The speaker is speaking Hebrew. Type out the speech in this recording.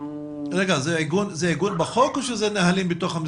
זה עיגון בחוק או שזה נהלים בתוך המשרד?